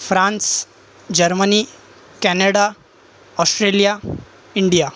France Germany Canada Australia India